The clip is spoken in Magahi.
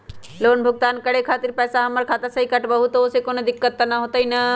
लोन भुगतान करे के खातिर पैसा हमर खाता में से ही काटबहु त ओसे कौनो दिक्कत त न होई न?